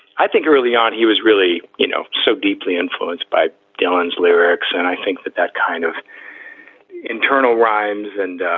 i think early on he was really, you know, so deeply influenced by dylan's lyrics. and i think that that kind of internal rhymes and